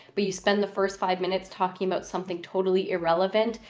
but you spend the first five minutes talking about something totally irrelevant,